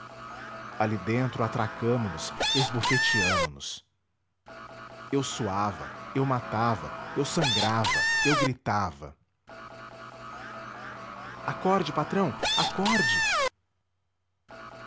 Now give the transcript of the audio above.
ali dentro atracamo nos esbofeteamo nos eu suava eu matava eu sangrava eu gritava acorde patrão acorde